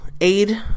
aid